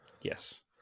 Yes